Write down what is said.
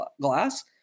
glass